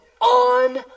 on